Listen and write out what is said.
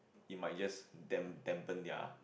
it might just damp dampen their